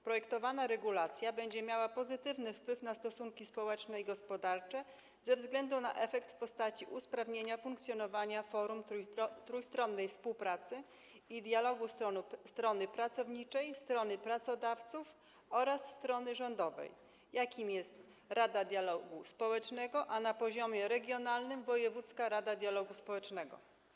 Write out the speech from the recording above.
Projektowana regulacja będzie miała pozytywny wpływ na stosunki społeczne i gospodarcze ze względu na efekt w postaci usprawnienia funkcjonowania forum trójstronnej współpracy i dialogu strony pracowniczej, strony pracodawców oraz strony rządowej, jakim jest Rada Dialogu Społecznego, a na poziomie regionalnym - wojewódzkie rady dialogu społecznego.